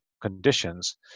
conditions